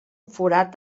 forat